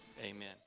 Amen